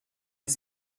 les